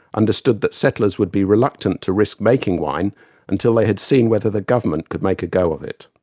understood that settlers would be reluctant to risk making wine until they had seen whether the government could make a go of it.